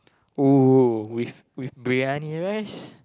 oh with Briyani rice